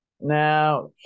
Now